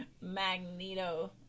Magneto